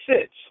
sits